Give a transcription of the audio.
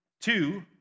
two